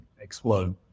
explode